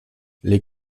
les